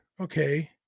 okay